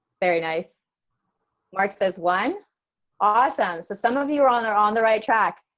very nice mark says one awesome so some of you are on there on the right track